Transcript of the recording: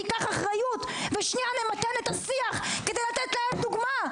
ניקח אחריות ושנייה נמתן את השיח וניתן לעם דוגמה.